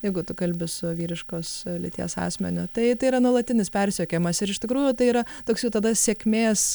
jeigu tu kalbi su vyriškos lyties asmeniu tai tai yra nuolatinis persekiojimas ir iš tikrųjų tai yra toks jau tada sėkmės